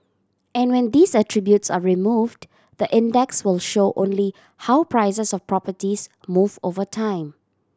and when these attributes are removed the index will show only how prices of properties move over time